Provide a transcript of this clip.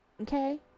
Okay